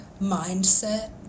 mindset